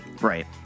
Right